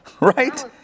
right